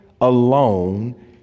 alone